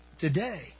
today